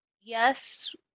yes